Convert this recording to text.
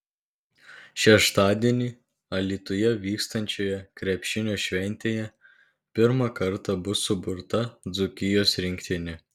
šeštadienį alytuje vyksiančioje krepšinio šventėje pirmą kartą bus suburta dzūkijos rinktinė